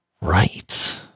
right